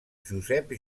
josep